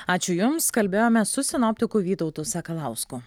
ačiū jums kalbėjome su sinoptiku vytautu sakalausku